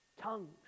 Tongues